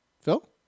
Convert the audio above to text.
Phil